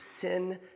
sin